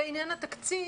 בעניין התקציב,